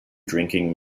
drinking